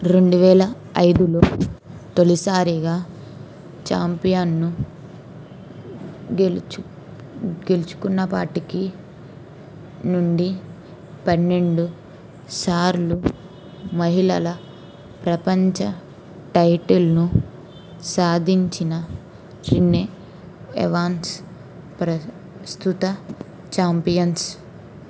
రెండు వేల ఐదులో తొలిసారిగా ఛాంపియన్షిప్ను గెలుచు గెలుచుకున్నప్పటి నుండి పన్నెండు సార్లు మహిళల ప్రపంచ టైటిల్ను సాధించిన రిన్నే ఎవాన్స్ ప్రస్తుత ఛాంపియన్